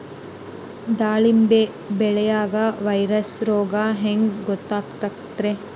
ದಾಳಿಂಬಿ ಬೆಳಿಯಾಗ ವೈರಸ್ ರೋಗ ಹ್ಯಾಂಗ ಗೊತ್ತಾಕ್ಕತ್ರೇ?